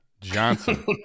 Johnson